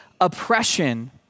oppression